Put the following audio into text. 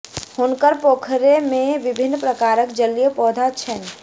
हुनकर पोखैर में विभिन्न प्रकारक जलीय पौधा छैन